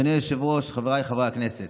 אדוני היושב-ראש, חבריי חברי הכנסת,